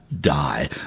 die